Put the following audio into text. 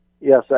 Yes